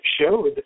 showed